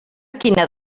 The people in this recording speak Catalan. quina